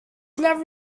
never